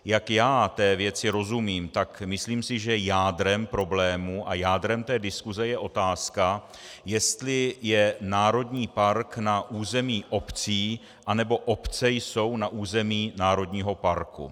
Jak já té věci rozumím, tak myslím, že jádrem problému a jádrem té diskuse je otázka, jestli je národní park na území obcí, anebo obce jsou na území národního parku.